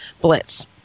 blitz